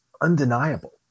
undeniable